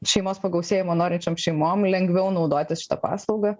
šeimos pagausėjimo norinčiom šeimom lengviau naudotis šita paslauga